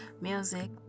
music